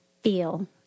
feel